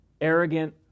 arrogant